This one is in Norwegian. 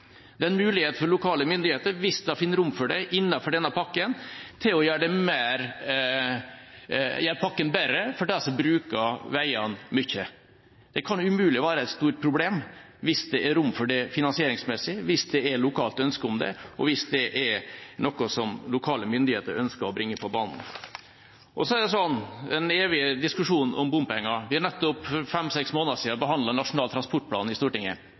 det er en mulighet for lokale myndigheter, hvis de finner rom for det innenfor denne pakka, til å gjøre pakka bedre for dem som bruker veiene mye. Det kan umulig være et stort problem hvis det er rom for det finansieringsmessig, hvis det er lokalt ønske om det, og hvis det er noe som lokale myndigheter ønsker å bringe på banen. Og så er det den evige diskusjonen om bompenger: Vi har for fem–seks måneder siden behandlet Nasjonal transportplan i Stortinget.